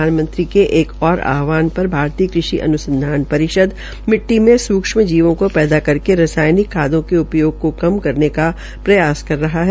प्रधानमंत्री के एक और आहवान पर भातरीय कृषि अन्संधान परिषद मिट्टी में सुक्ष्म जीवों को पैदा करके रसायनिक खादों के उपयोग को कम करने का प्रयास कर रहा है